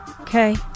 Okay